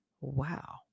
wow